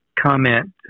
Comment